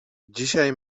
dzisiaj